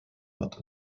wird